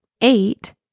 eight